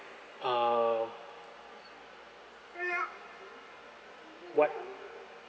um what